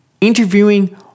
interviewing